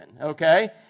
okay